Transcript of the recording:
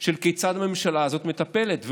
של כיצד הממשלה הזאת מטפלת.